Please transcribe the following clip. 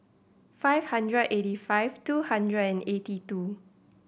five hundred eighty five two hundred and eighty two